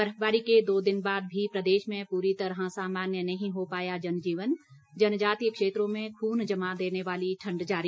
बर्फबारी के दो दिन बाद भी प्रदेश में पूरी तरह सामान्य नहीं हो पाया जनजीवन जनजातीय क्षेत्रों में खून जमा देने वाली ठण्ड जारी